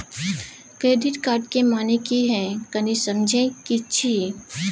Credit card के माने की हैं, कनी समझे कि छि?